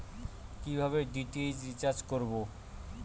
কিভাবে DTH recharge করব?